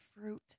fruit